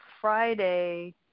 Friday